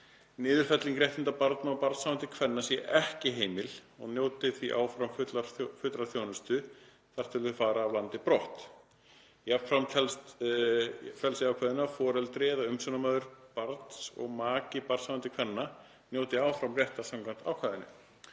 niðurfelling réttinda barna og barnshafandi kvenna sé ekki heimil og að þau njóti því áfram fullrar þjónustu þar til þau fara af landi brott. Jafnframt felst í ákvæðinu að foreldri eða umsjónarmaður barns og maki barnshafandi kvenna njóti áfram réttar samkvæmt ákvæðinu,